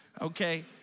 okay